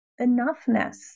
enoughness